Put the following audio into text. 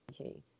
Okay